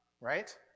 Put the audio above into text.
right